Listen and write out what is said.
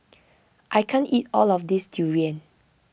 I can't eat all of this Durian